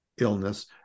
illness